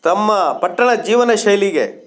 ತಮ್ಮ ಪಟ್ಟಣ ಜೀವನ ಶೈಲಿಗೆ